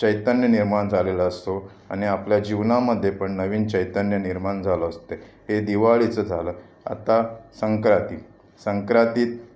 चैतन्य निर्माण झालेला असतो आणि आपल्या जीवनामध्ये पण नवीन चैतन्य निर्माण झालं असते हे दिवाळीचं झालं आता संक्राती संक्रातीत